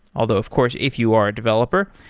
although of course if you are a developer,